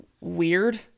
Weird